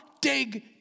Dig